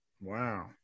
Wow